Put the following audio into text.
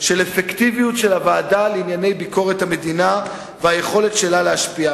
של האפקטיביות של הוועדה לענייני ביקורת המדינה והיכולת שלה להשפיע.